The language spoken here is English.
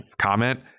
comment